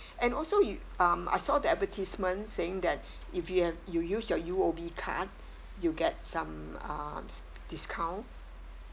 and also you um I saw the advertisement saying that if you have you use your U_O_B card you get some um discount